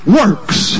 works